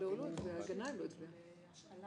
אושרה ותעלה למליאה לקריאה השנייה